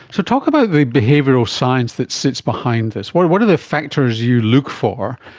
so talk about the behavioural science that sits behind this. what are what are the factors you look for,